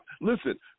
listen